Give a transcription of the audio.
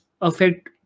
affect